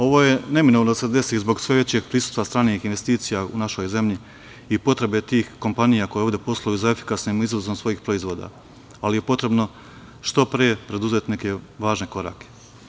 Ovo je neminovno da se desi zbog sve većeg prisustva stranih investicija u našoj zemlji i potrebe tih kompanija koje ovde posluju za efikasnim izazovom svojih proizvoda, ali je potrebno što pre preduzeti neke važne korake.